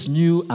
new